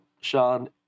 Sean